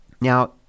Now